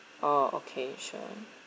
oh okay sure